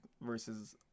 versus